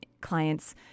clients